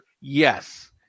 Yes